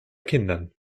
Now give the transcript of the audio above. kindern